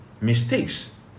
mistakes